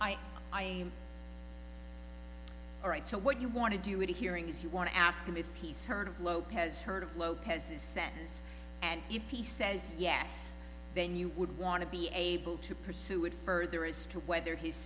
i i am all right so what you want to do it hearing is you want to ask him if he's heard of lopez heard of lopez's sentence and if he says yes then you would want to be able to pursue it further as to whether h